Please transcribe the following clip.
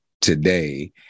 today